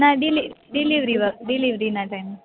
ના deli delivery વખ ડિલિવરીના ટાઈમે